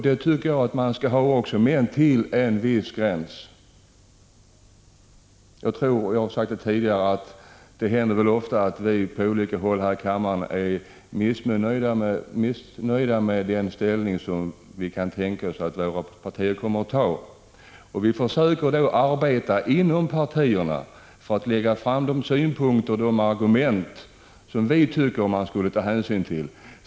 Det tycker jag också att man skall ha, men till en viss gräns. Som jag har sagt tidigare händer det väl ofta att vi på olika håll här i kammaren är missnöjda med den ställning som vi kan tänka oss att våra partier kommer att inta. Vi försöker då arbeta inom partierna för att föra fram de synpunkter och de argument som vi tycker att man skulle ta hänsyn till.